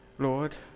Lord